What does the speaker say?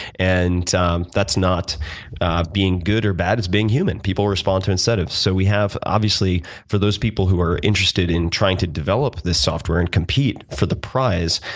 and um that's not being good or bad. it's being human. people respond to incentives. so we have obviously, for those people who are interested in trying to develop this software and compete for the prize,